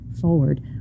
forward